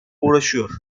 uğraşıyor